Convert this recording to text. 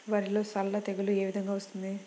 వరిలో సల్ల తెగులు ఏ విధంగా వస్తుంది?